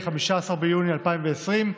15 ביוני 2020,